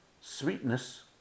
sweetness